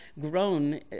grown